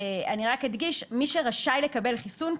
אנחנו מוחקים פה "אדם שקיבל חיסון"